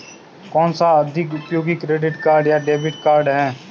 कौनसा अधिक उपयोगी क्रेडिट कार्ड या डेबिट कार्ड है?